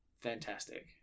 fantastic